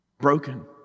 Broken